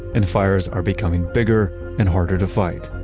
and fires are becoming bigger and harder to fight.